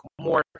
more